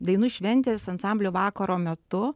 dainų šventės ansamblių vakaro metu